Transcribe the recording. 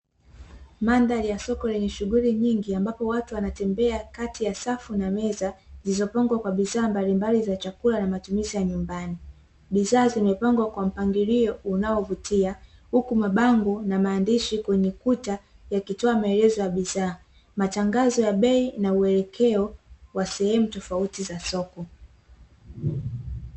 Mandhari ya soko lenye shughuli nyingi, amabapo watu wanatembea kati ya safu na meza zilizo pangwa kwa bidhaa mbalimbali za chakula na matumizi ya nyumbani. Bidhaa zimepangwa kwa mpangilio unaovutia, huku mabango na maandishi kwenye kuta yakitoa maelezo ya bidhaa, matangazo ya bei na uelekeo wa sehemu tofauti za soko.